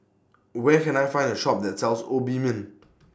Where Can I Find The Shop that sells Obimin